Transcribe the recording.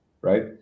right